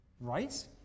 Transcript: right